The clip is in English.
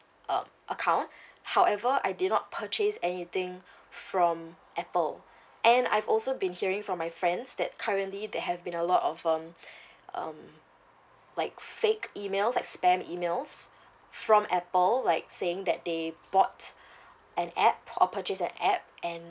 um account however I did not purchase anything from apple and I've also been hearing from my friends that currently there have been a lot of um um like fake emails like spam emails from apple like saying that they bought an app or purchase an app and